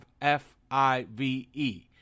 F-I-V-E